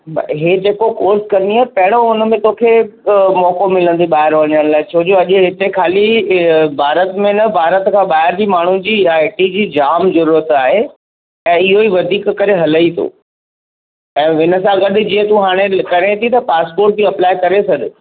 हे जेको कोर्स कंदीअ पहरियों हुनमें तोखे मौक़ो मिलंदो ॿाहिरि वञण लाइ छो जो अॼु हिते खाली भारत में न भारत खां ॿाहिरि बि माण्हुनि जी आई टी जी जाम ज़रूरत आहे ऐं इहोई वधीक करे हले थो ऐं हिनसां गॾु जीअं तूं करे थी त पासपोर्ट बि अप्लाइ करे छॾु